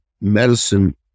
medicine